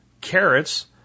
carrots